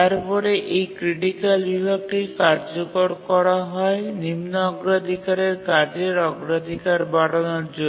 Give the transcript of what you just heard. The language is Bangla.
তারপরে এই ক্রিটিকাল বিভাগটি কার্যকর করা হয় নিম্ন অগ্রাধিকারের কাজের অগ্রাধিকার বাড়ানোর জন্য